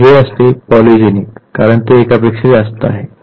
तर हे असते पॉलीजेनिक कारण ते एकापेक्षा जास्त आहे